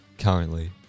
currently